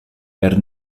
per